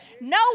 no